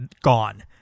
gone